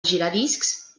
giradiscs